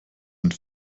sind